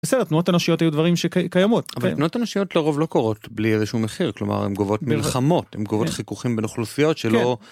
בסדר, תנועות אנושיות היו דברים שקיימות, אבל תנועות אנושיות לרוב לא קורות בלי איזה שהוא מחיר כלומר עם גובות מלחמות עם גובות חיכוכים בין אוכלוסיות שלא.